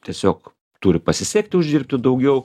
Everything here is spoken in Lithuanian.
tiesiog turi pasisekti uždirbti daugiau